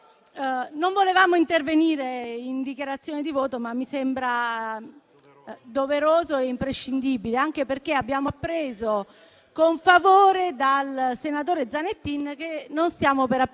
non volevamo intervenire in dichiarazione di voto, ma mi sembra doveroso e imprescindibile, anche perché abbiamo appreso con favore dal senatore Zanettin che non stiamo per approvare